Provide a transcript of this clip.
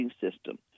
system